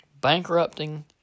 Bankrupting